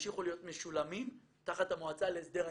ימשיכו להיות משולמים תחת המועצה להסדר ההימורים,